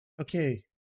okay